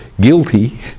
guilty